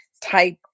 type